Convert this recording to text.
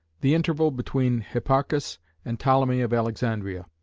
the interval between hipparchus and ptolemy of alexandria.